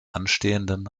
anstehenden